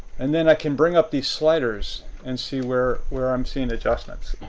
and then i can bring up these sliders and see where where i'm seeing adjustments.